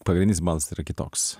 pavienis balsas yra kitoks